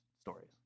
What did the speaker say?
stories